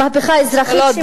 מהפכה אזרחית שמשותפת לא,